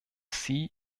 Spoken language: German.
sie